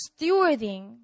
stewarding